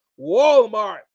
Walmart